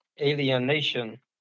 Alienation